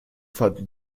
fanden